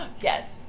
Yes